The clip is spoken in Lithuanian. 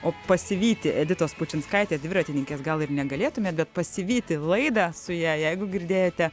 o pasivyti editos pučinskaitės dviratininkės gal ir negalėtume bet pasivyti laidą su ja jeigu girdėjote